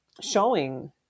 showing